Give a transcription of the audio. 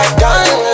done